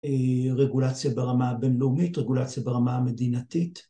רגולציה ברמה הבינלאומית, רגולציה ברמה המדינתית